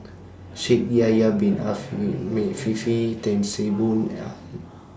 Shaikh Yahya Bin Ahmed Afifi Tan See Boo